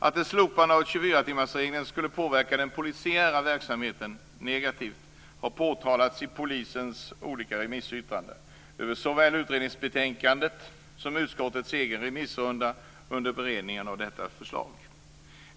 Att ett slopande av 24-timmarsregeln skulle påverka den polisiära verksamheten negativt har påtalats i polisens olika remissyttranden över såväl utredningsbetänkandet som utskottets egen remissrunda under beredningen av detta förslag.